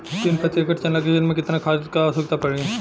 तीन प्रति एकड़ चना के खेत मे कितना खाद क आवश्यकता पड़ी?